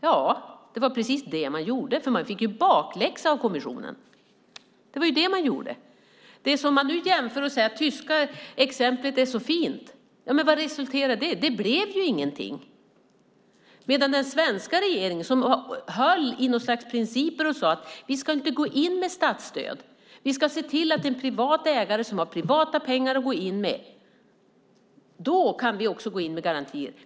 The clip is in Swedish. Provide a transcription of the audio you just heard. Ja, det var precis vad den gjorde, och den fick också bakläxa av kommissionen. Nu jämför man med det tyska exemplet och säger att det är så fint. Men vad resulterade det i? Det blev ingenting av det. Den svenska regeringen höll sig däremot till något slags principer och sade att den inte ska gå in med statsstöd utan se till att få en privat ägare, någon som kan gå in med privata pengar. Då kan vi också gå in med garantier.